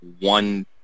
one